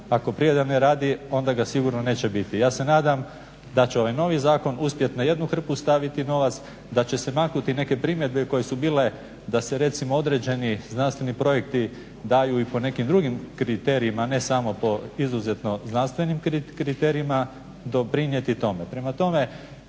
ako privreda ne radi onda ga sigurno neće biti. Ja se nadam da će ovaj novi zakon uspjeti na jednu hrpu staviti novac, da će se maknuti neke primjedbe koje su bile da se recimo određeni znanstveni projekti daju i po nekim drugim kriterijima, a ne samo po izuzetno znanstvenim kriterijima doprinijeti tome.